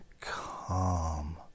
calm